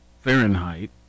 Fahrenheit